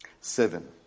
seven